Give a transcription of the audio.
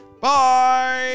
Bye